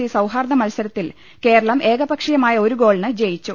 C സൌഹാർദ്ദ മത്സരത്തിൽ കേരളം ഏകപക്ഷീയമായ ഒരു ഗോളിന് ജയിച്ചു